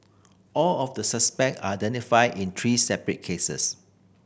all of the suspect identified in three separate cases